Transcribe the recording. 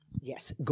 Yes